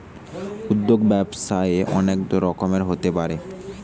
উদ্যোগ ব্যবসায়ে অনেক রকমের হতে পারে